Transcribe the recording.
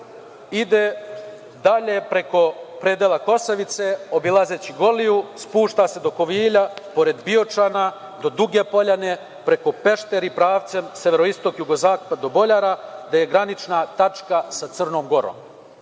ide dalje preko predela Kosavice obilazeći Goliju, spušta se do Kovilja, pored Biočana, do Duge Poljane, preko Peštara i pravcem severoistok-jugozapad do Boljara gde je granična tačka sa Crnom Gorom. Još